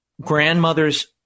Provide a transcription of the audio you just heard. grandmother's